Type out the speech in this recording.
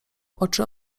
oczy